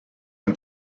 and